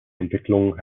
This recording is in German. entwicklung